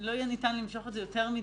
לא ניתן יהיה למשוך את זה יותר מדי.